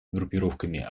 группировками